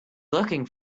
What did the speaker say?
looking